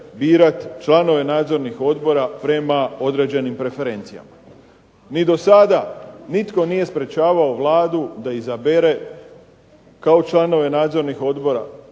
članove nadzornih odbora prema određenim preferencijama. Ni dosada nitko nije sprečavao Vladu da izabere kao članove nadzornih odbora